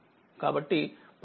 కాబట్టి ప్రాథమికంగా ఇది 3